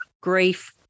grief